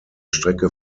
strecke